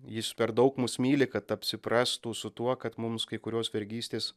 jis per daug mus myli kad apsiprastų su tuo kad mums kai kurios vergystės